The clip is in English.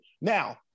Now